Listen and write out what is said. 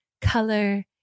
color